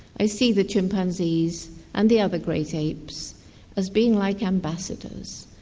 i see the chimpanzees and the other great apes as being like ambassadors,